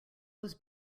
was